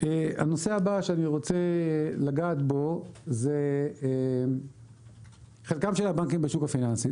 הנושא הבא שאני רוצה לגעת בו זה חלקם של הבנקים בשוק הפיננסי.